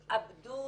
התאבדות,